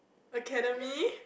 academy